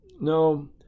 No